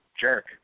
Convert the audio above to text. jerk